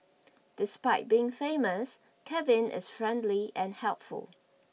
despite being famous Kevin is friendly and helpful